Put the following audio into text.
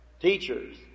teachers